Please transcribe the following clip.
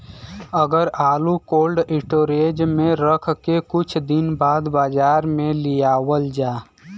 अगर आलू cold storage में रख के कुछ दिन बाद बाजार में लियावल जा?